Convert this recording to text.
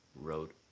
wrote